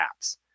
apps